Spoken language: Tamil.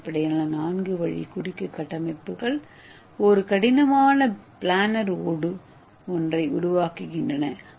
ஏ அடிப்படையிலான நான்கு வழி குறுக்கு கட்டமைப்புகள் ஒரு கடினமான பிளானர் ஓடு ஒன்றை உருவாக்குகின்றன